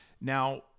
Now